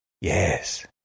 Yes